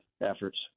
efforts